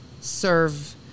Serve